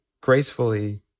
gracefully